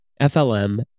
FLM